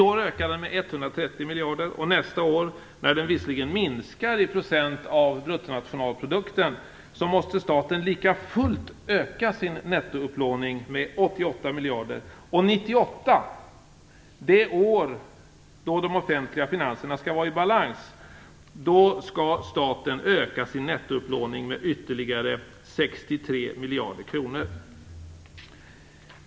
I år ökar den med 130 miljarder, och nästa år - när den visserligen minskar i procent av bruttonationalprodukten - måste staten lika fullt öka sin nettoupplåning med 88 miljarder.